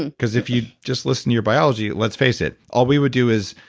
because if you just listen to your biology, let's face it, all we would do is,